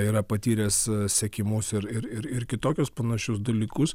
yra patyręs sekimus ir ir kitokius panašius dalykus